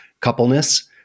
coupleness